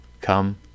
Come